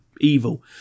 evil